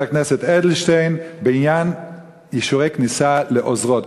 חבר הכנסת אדלשטיין, בעניין אישורי כניסה לעוזרות.